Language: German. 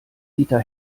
dieter